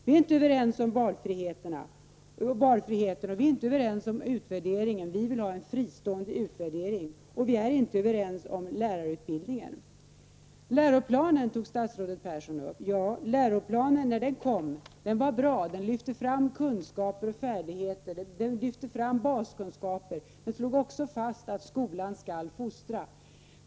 Vi är inte överens om valfriheten och om utvärderingen — vi vill ha en fristående utvärdering — och inte heller om lärarutbildningen. Statsrådet Persson tog upp läroplanen. Den var bra när den kom. Den lyfte fram baskunskaper och färdigheter. Den slog också fast att skolan skall fostra.